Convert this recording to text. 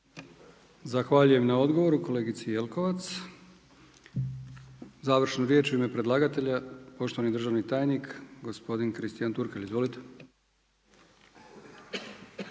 Zahvaljujem kolegici Jelkovac na odgovoru. Završnu riječ u ime predlagatelja poštovani državni tajnik gospodin Kristijan Turkalj. Izvolite.